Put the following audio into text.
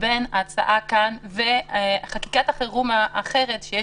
לבין ההצעה הזאת וחקיקת חירום אחרת שיש